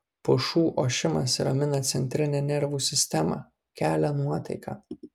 pušų ošimas ramina centrinę nervų sistemą kelia nuotaiką